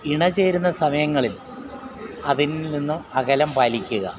ഇണ ചേരുന്ന സമയങ്ങളിൽ അതിൽ നിന്നും അകലം പാലിക്കുക